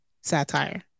Satire